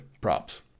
Props